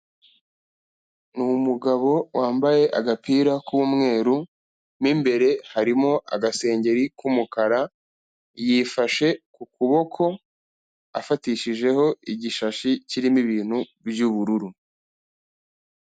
Ni umugabo wambaye agapira k'umweru, mo imbere harimo agasengeri k'umukara, yifashe ku kuboko afatishijeho igishashi kirimo ibintu by'ubururu.